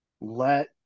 let